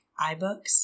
iBooks